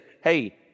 hey